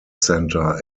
centre